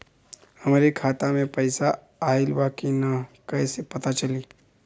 हमरे खाता में पैसा ऑइल बा कि ना कैसे पता चली?